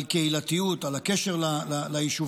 על קהילתיות, על הקשר ליישובים.